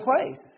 place